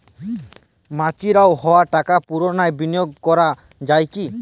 Mature হওয়া টাকা পুনরায় বিনিয়োগ করা য়ায় কি?